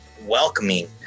welcoming